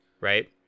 right